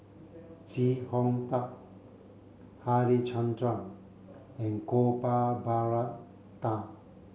Chee Hong Tat Harichandra and Gopal Baratham